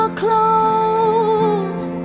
clothes